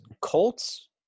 Colts